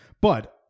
But-